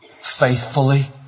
faithfully